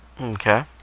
Okay